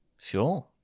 Sure